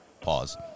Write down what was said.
Pause